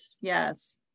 Yes